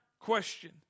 question